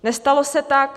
Nestalo se tak.